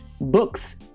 books